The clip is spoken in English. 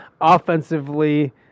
offensively